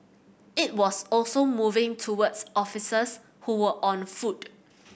it was also moving towards officers who were on foot